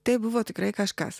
tai buvo tikrai kažkas